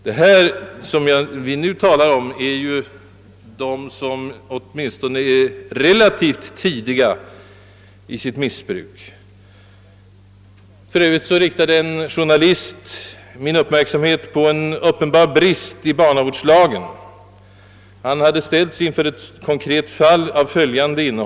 De som vi här talar om är sådana ungdomar som har börjat sitt missbruk relativt nyligen. En journalist har också riktat min uppmärksamhet på en uppenbar brist i barnavårdslagen. Han hade ställts inför ett konkret fall av följande slag.